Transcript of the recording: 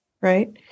right